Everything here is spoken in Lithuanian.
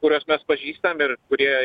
kuriuos mes pažįstam ir kurie